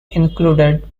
included